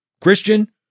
Christian